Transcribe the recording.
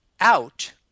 out